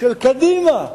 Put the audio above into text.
של קדימה.